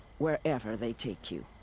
wherever they take you.